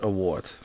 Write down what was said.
Award